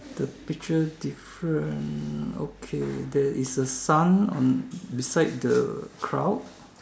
the picture different okay there is a sun on beside the crowd